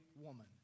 woman